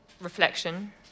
reflection